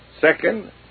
Second